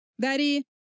daddy